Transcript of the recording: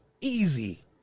easy